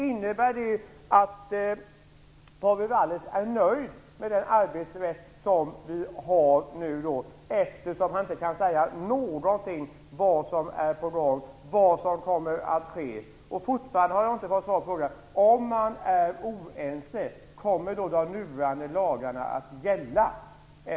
Innebär det att Paavo Vallius är nöjd med den arbetsrätt vi har nu, eftersom han inte kan säga någonting om vad som är på gång och vad som kommer att ske? Fortfarande har jag inte fått svar på frågan: Om man är oense i kommissionen, kommer då de nuvarande lagarna att gälla?